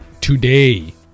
today